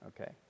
okay